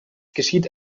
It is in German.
geschieht